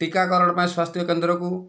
ଟୀକାକରଣ ପାଇଁ ସ୍ୱାସ୍ଥ୍ୟ କେନ୍ଦ୍ରକୁ